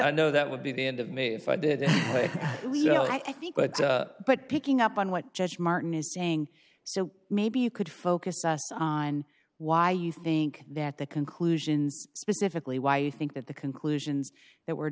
i know that would be the end of me if i did i think but but picking up on what judge martin is saying so maybe you could focus us on why you think that the conclusions specifically why you think that the conclusions that were